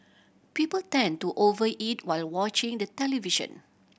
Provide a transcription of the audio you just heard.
people tend to over eat while watching the television